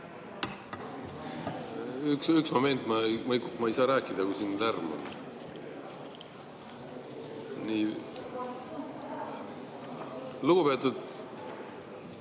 Üks moment. Ma ei saa rääkida, kui siin lärm on. Lugupeetud